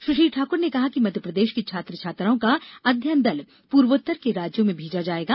सुश्री ठाक्र ने कहा कि मध्यप्रदेश के छात्र छात्राओं का अध्ययन दल पूर्वोत्तर के राज्यों में भेजा जायेगा